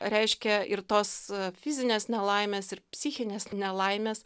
reiškia ir tos fizinės nelaimės ir psichinės nelaimės